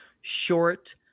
short